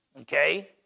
Okay